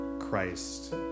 Christ